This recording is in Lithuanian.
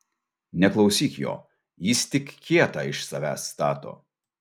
neklausyk jo jis tik kietą iš savęs stato